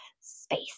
space